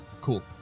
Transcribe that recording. Cool